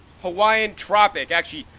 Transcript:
hawaiian tropic. actually,